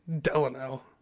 Delano